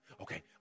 Okay